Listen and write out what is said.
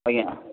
ଆଜ୍ଞା